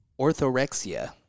orthorexia